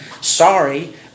sorry